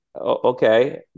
okay